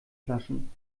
flaschen